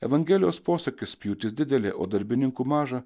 evangelijos posakis pjūtis didelė o darbininkų maža